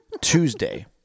Tuesday